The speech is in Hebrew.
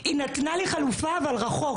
היא נתנה לי חלופה אבל רחוק.